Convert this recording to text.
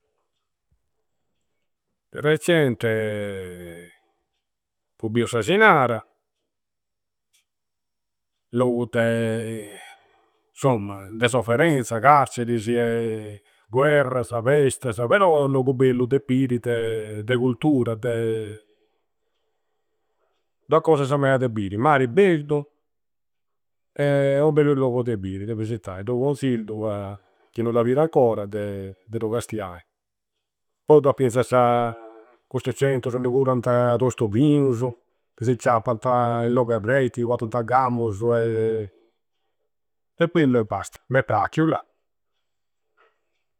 De recente appu biu s'Asinara. Logu de insomma, de sofferenza. Carcerisi e guerrasa, pestasa. Però logu bellu de biri, de de cultura, de. Du a cosasa meda de biri, mari bellu u bellu logu de biri, de visittai. Du conzillu a chi non d'a bidu ancora, de du castiai. Poi du a finzasa custasa centrusu inmui curanta tostobiusu, chi si ciappanta in logu e retti, pottanta gammusu. E quello è basta, m'è pracchiu là.